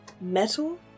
metal